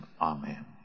amen